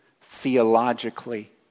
theologically